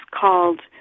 called